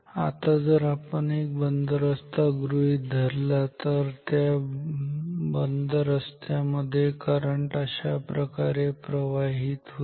आता जर आपण एक बंद रस्ता गृहीत धरला तर त्या बंद रस्त्यामध्ये करंट अशाप्रकारे प्रवाहित होईल